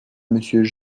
monsieur